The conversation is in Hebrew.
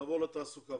נעבור לתעסוקה.